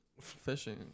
Fishing